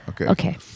Okay